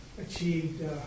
achieved